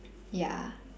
ya